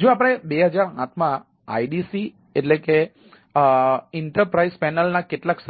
જો આપણે 2008માં IDC ઇન્ટર પ્રાઇસ પેનલ અને કંઈક